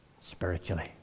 spiritually